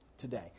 today